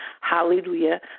hallelujah